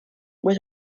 was